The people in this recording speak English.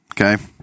Okay